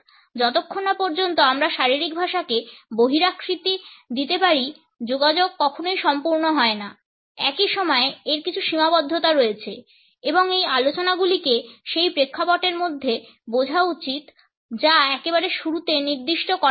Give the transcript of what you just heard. যতক্ষণ না পর্যন্ত আমরা শারীরিক ভাষাকে বহিরাকৃতি দিতে পারি যোগাযোগ কখনই সম্পূর্ণ হয় না একই সময়ে এর কিছু সীমাবদ্ধতা রয়েছে এবং এই আলোচনাগুলিকে সেই প্রেক্ষাপটের মধ্যে বোঝা উচিত যা একেবারে শুরুতে নির্দিষ্ট করা হয়েছে